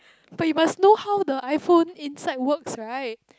but you must know how the iPhone inside works right